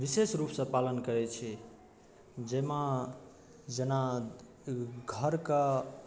विशेष रूपसँ पालन करै छियै जाहिमे जेना घरके